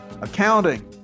accounting